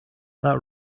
that